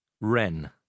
Wren